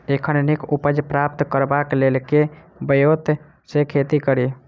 एखन नीक उपज प्राप्त करबाक लेल केँ ब्योंत सऽ खेती कड़ी?